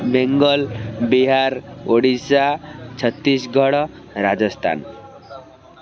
Bengal Bihar Odisha Chhattisgarh Rajasthan